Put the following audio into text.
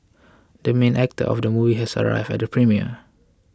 the main actor of the movie has arrived at the premiere